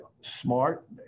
smart